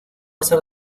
hacer